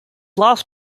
last